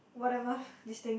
whatever this thing